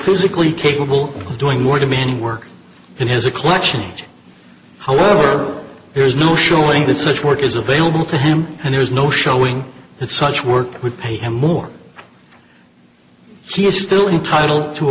physically capable of doing more demanding work in his a collection however there is no showing that such work is available to him and there is no showing that such work would pay him more he is still entitled to a